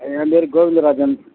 என் பேர் கோவிந்தராஜன்